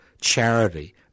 charity